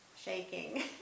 shaking